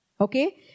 okay